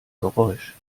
geräusch